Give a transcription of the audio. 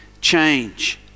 change